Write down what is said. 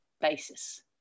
basis